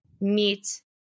meat